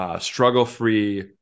struggle-free